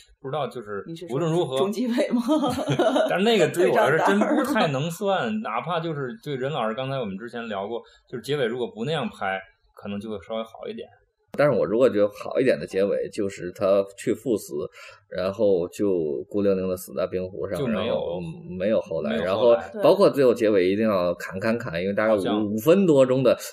不知道，就是你是说无论如何，中- 中纪委吗？ 但是那个对我来说是真不长大了吗？ 太能算，哪怕就是对任老师，刚才我们之前聊过，就是结尾如果不那样拍，可能就会稍微好一点。但是我如果觉得好一点的结尾，就是他去赴死，然后就孤零零地死在冰湖上，就没有。然后没有后来，没有后来。然后包括对。最后结尾一定要砍砍砍，因为大概好像。五- 五分多钟的